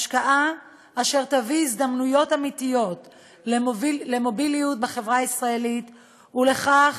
השקעה אשר תביא הזדמנויות אמיתיות למוביליות בחברה הישראלית ולכך